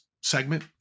segment